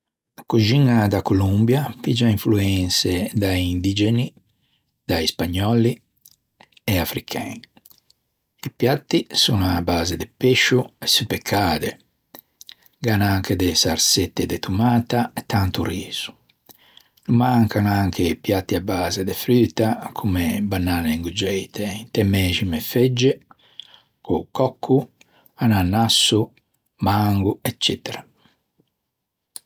A coxiña da Colombia a piggia influençe da-i indigeni da-i spagnòlli e africhen. I piati son à base de pescio e suppe cade. Gh'an anche de sarsette de tomata e tanto riso. No mancan anche i piati à base de fruta comme e bananne ingheuggeite inte mæxime feugge, co-o còcco, ananasso, mango, eccetera.